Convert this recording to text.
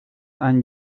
han